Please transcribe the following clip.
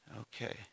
Okay